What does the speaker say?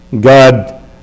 God